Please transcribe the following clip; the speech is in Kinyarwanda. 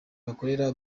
bakorera